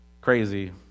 crazy